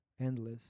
endless